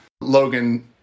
Logan